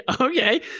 okay